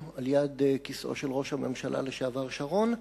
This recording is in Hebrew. על-יד כיסאו של ראש הממשלה לשעבר שרון,